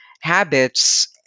habits